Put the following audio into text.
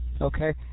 Okay